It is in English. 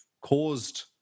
caused